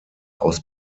aus